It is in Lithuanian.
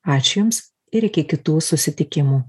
ačiū jums ir iki kitų susitikimų